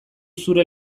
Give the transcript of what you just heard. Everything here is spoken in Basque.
zure